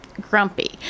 grumpy